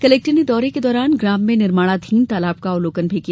collector ने दौरे के दौरान ग्राम में निर्माणाधीन तालाब का अवलोकन किया